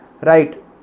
Right